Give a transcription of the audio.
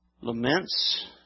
Laments